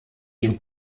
dem